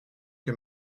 que